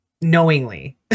knowingly